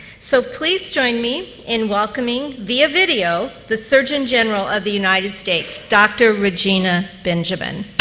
so, please join me in welcoming, via video, the surgeon general of the united states, dr. regina benjamin.